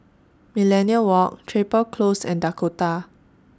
Millenia Walk Chapel Close and Dakota